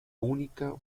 única